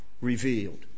revealed